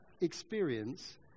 experience